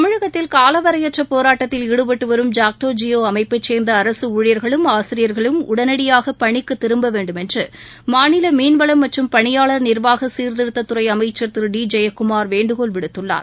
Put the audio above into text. தமிழகத்தில் காலவரையற்ற போராட்டத்தில் ஈடுபட்டு வரும் ஜாக்டோ ஜியோ அமைப்பைச்சேர்ந்த அரசு ஊழியர்களும் ஆசிரியர்களும் உடனடியாக பணிக்கு திரும்பவேண்டும் என்று மாநில மீன்வளம் மற்றும் பணியாளர் நிர்வாக சீர்திருத்தத்துறை அமைச்சர் திரு டி ஜெயக்குமார் வேண்டுகோள் விடுத்துள்ளார்